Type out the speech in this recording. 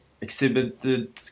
exhibited